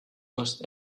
most